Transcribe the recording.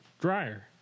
dryer